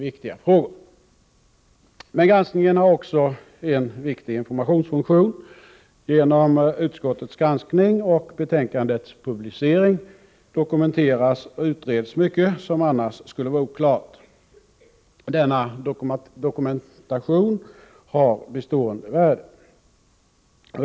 Vidare har granskningen också en viktig informationsfunktion. Genom utskottets granskning och betänkandets publicering dokumenteras och utreds mycket som annars skulle vara oklart. Denna dokumentation har bestående värde.